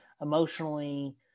emotionally